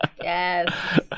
Yes